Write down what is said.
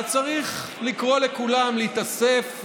ואז צריך לקרוא לכולם להתאסף,